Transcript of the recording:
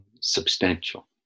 substantial